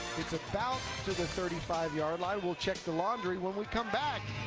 it's about to the thirty five yard line, we'll check the laundry when we come back.